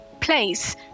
place